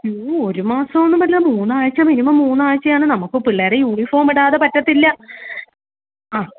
യ്യോ ഒരു മാസമൊന്നും പറ്റില്ല മൂന്നാഴ്ച മിനിമം മൂന്നാഴ്ചയാണ് നമുക്ക് പിള്ളേരെ യൂണിഫോം ഇടാതെ പറ്റത്തില്ല ആ